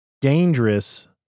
dangerous